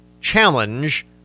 Challenge